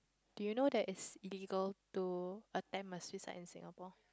do you know that it's legal to attempt a suicide in Singapore